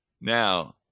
Now